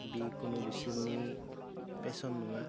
बे कुनु बिसोरनि पेसन नङा